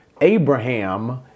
Abraham